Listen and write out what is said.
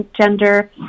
gender